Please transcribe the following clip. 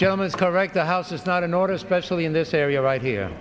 gentleman correct the house is not in order specially in this area right here